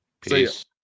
Peace